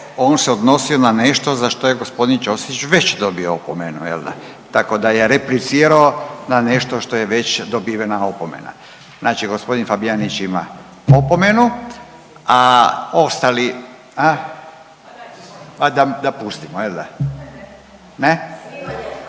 je on odnosio se na nešto za što je gospodin Ćosić već dobio opomenu jel da? Tako da je replicirao na nešto što je već dobivena opomena. Znači gospodin Fabijanić ima opomenu, a ostali, a, a da pustimo jel da?